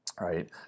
right